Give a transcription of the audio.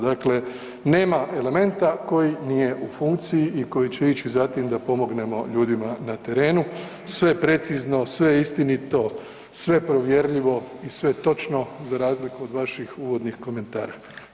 Dakle, nema elementa koji nije u funkciji i koji će ići za tim da pomognemo ljudima na terenu, sve je precizno, sve je istinito, sve je provjerljivo i sve je točno za razliku od vaših uvodnih komentara.